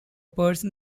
person